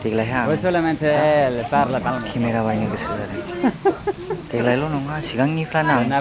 देग्लाय हाय आं जा केमेरा बायनो गोसो जादों देग्लायल' नङा सिगांनिफ्रायनो आं